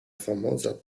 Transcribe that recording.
famosa